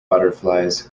butterflies